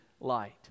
light